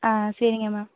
ஆ சரிங்க மேம்